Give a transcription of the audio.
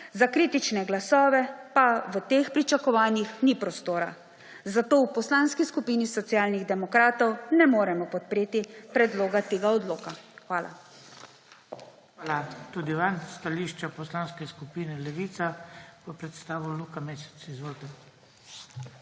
za kritične glasove pa v teh pričakovanjih ni prostora. Zato v Poslanski skupini Socialnih demokratov ne moremo podpreti predloga tega odloka. Hvala. PODPREDSEDNIK BRANKO SIMONOVIČ: Hvala tudi vam. Stališče Poslanske skupine Levica bo predstavil Luka Mesec. Izvolite.